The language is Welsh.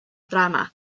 drama